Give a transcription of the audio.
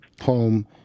home